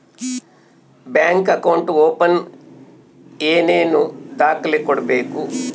Bank account open ಏನೇನು ದಾಖಲೆ ಕೊಡಬೇಕು?